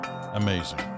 amazing